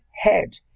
head